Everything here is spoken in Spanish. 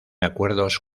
acuerdos